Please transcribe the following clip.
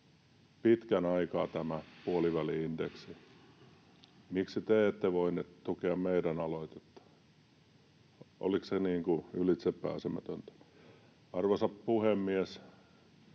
pitkän aikaa. — Miksi te ette voineet tukea meidän aloitetta? Oliko se ylitsepääsemätöntä? Arvoisa puhemies!